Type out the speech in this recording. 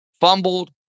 fumbled